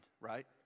right